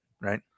Right